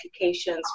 applications